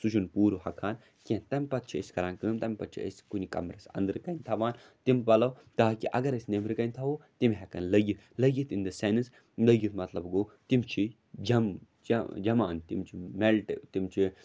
سُہ چھِنہٕ پوٗر ہۄکھان کینٛہہ تَمہِ پَتہٕ چھِ أسۍ کَران کٲم تَمہِ پَتہٕ چھِ أسۍ کُنہِ کَمرَس أنٛدرٕ کَنۍ تھاوان تِم پَلَو تاکہِ اَگَر أسۍ نیٚبرٕ کَنۍ تھاوَو تِم ہٮ۪کَن لٔگِتھ لٔگِتھ اِن دَ سٮ۪نٕس لٔگِتھ مطلب گوٚو تِم چھی جَم جَہ جَمان تِم چھِ مٮ۪لٹ تِم چھِ